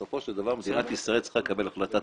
בסופו של דבר מדינת ישראל צריכה לקבל החלטה.